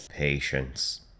Patience